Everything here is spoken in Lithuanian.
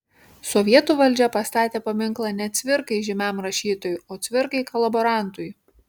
sovietų valdžia pastatė paminklą ne cvirkai žymiam rašytojui o cvirkai kolaborantui